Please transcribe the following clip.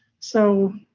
so